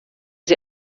sie